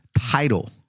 title